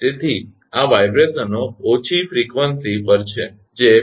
તેથી આ સ્પંદનો ઓછી આવર્તનફ્રિકવંસી પર છે જે 0